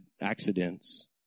accidents